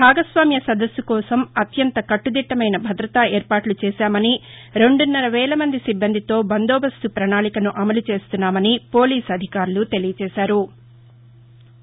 భాగస్వామ్య సదస్సు కోసం అత్యంత కట్టదిట్టమైన భదతా ఏర్పాట్లు చేశామని రెండున్నర వేలమంది సిబ్బందితో బందోబస్తు పణాళికను అమలు చేస్తున్నామని పోలీసు అధికారులు తెలిపారు